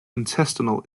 intestinal